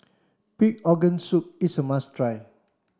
pig organ soup is a must try